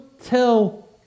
tell